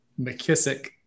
mckissick